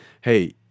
hey